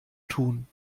tun